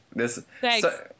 Thanks